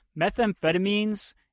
methamphetamines